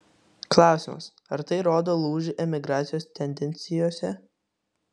klausimas ar tai rodo lūžį emigracijos tendencijose